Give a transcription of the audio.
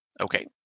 Okay